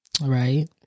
Right